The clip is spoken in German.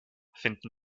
finden